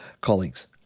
colleagues